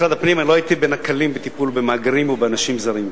במשרד הפנים לא הייתי בין הקלים בטיפול במהגרים ובאנשים זרים.